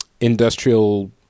industrial